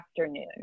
afternoon